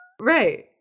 Right